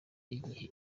igihe